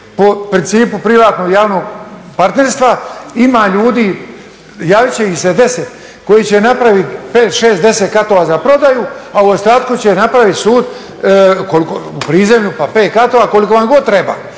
po principu privatno-javnog partnerstva. Ima ljudi javit će ih se 10 koji će napraviti 5, 6 10 katova za prodaju, a ostalo će napraviti sud u prizemlju pa pet katova koliko vam god treba